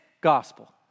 gospel